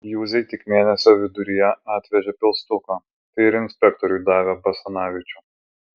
juzei tik mėnesio viduryje atvežė pilstuko tai ir inspektoriui davė basanavičių